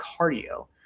cardio